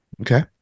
okay